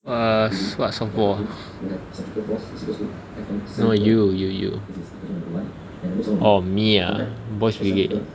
err what 什么 no you you you orh me ah boy's brigade